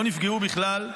לא נפגעו בכלל.